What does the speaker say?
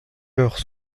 heures